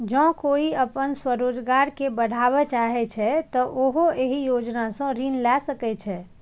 जौं कोइ अपन स्वरोजगार कें बढ़ाबय चाहै छै, तो उहो एहि योजना सं ऋण लए सकै छै